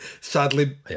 Sadly